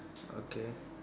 okay